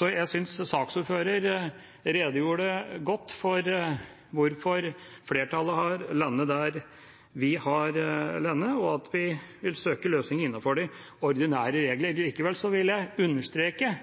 Jeg synes saksordføreren redegjorde godt for hvorfor flertallet har landet der vi har landet. Vi vil søke løsninger innenfor de ordinære reglene. Likevel vil jeg understreke